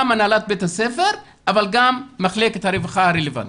גם הנהלת בית הספר אבל גם מחלקת הרווחה הרלוונטית.